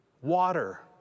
water